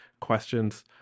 questions